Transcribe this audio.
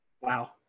Wow